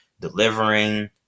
delivering